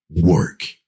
work